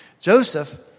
Joseph